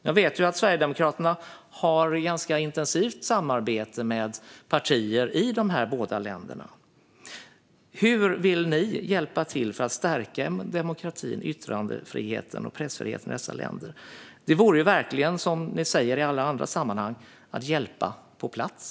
Jag vet ju att Sverigedemokraterna har ett ganska intensivt samarbete med partier i dessa båda länder. Hur vill ni hjälpa till för att stärka demokratin, yttrandefriheten och pressfriheten i dessa länder? Det vore verkligen, som ni säger i alla andra sammanhang, att hjälpa på plats.